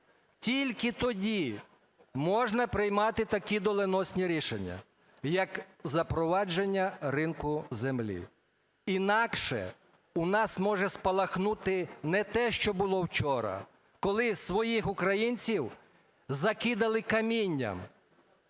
Тільки тоді можна приймати такі доленосні рішення, як запровадження ринку землі. Інакше у нас може спалахнути не те, що було вчора, коли своїх українців закидали камінням.